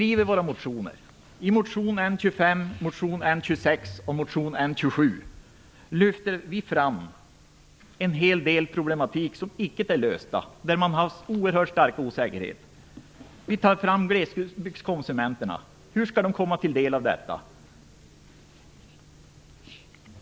I motionerna N25, N26 och N27 lyfter vi motionärer fram en hel del problem som icke är lösta och där det finns en oerhört stor osäkerhet. Vi lyfter fram glesbygdskonsumenterna. Hur skall detta komma dem till del?